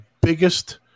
biggest